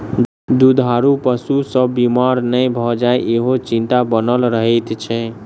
दूधारू पशु सभ बीमार नै भ जाय, ईहो चिंता बनल रहैत छै